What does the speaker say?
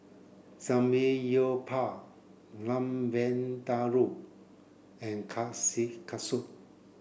Samgeyopsal Lamb Vindaloo and Kushikatsu